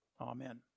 Amen